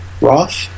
Roth